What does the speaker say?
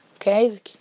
Okay